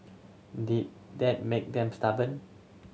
did that make them stubborn